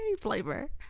flavor